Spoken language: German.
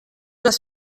dass